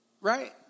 right